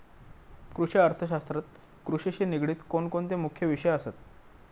कृषि अर्थशास्त्रात कृषिशी निगडीत कोणकोणते मुख्य विषय असत?